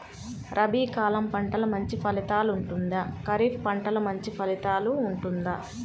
రబీ కాలం పంటలు మంచి ఫలితాలు ఉంటుందా? ఖరీఫ్ పంటలు మంచి ఫలితాలు ఉంటుందా?